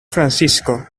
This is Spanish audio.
francisco